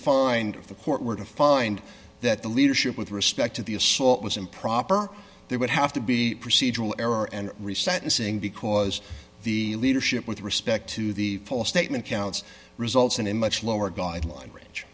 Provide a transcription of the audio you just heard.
find the court were to find that the leadership with respect to the assault was improper they would have to be procedural error and re sentencing because the leadership with respect to the full statement counts results in a much lower guideline r